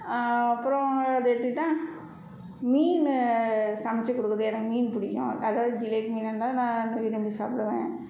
அப்புறம் அது எடுத்துக்கிட்டால் மீன் சமைத்து கொடுக்கறது எனக்கு மீன் பிடிக்கும் அதாவது ஜிலேபி மீனாக இருந்தால் நான் விரும்பி சாப்பிடுவேன்